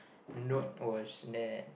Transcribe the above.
note was that